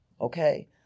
Okay